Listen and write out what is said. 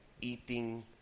eating